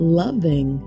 loving